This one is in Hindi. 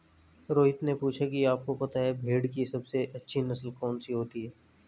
रोहित ने पूछा कि आप को पता है भेड़ की सबसे अच्छी नस्ल कौन सी होती है?